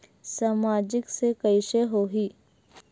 सामाजिक से कइसे होही?